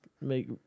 make